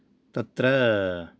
तत्र